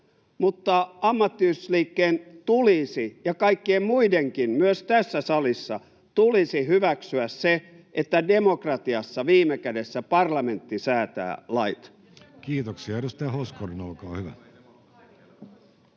mutta ammattiyhdistysliikkeen ja kaikkien muidenkin, myös tässä salissa, tulisi hyväksyä se, että demokratiassa viime kädessä parlamentti säätää lait. [Eveliina Heinäluoman